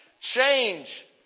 change